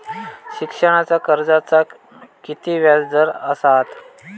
शिक्षणाच्या कर्जाचा किती व्याजदर असात?